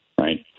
right